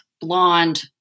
blonde